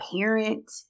parent